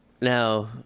now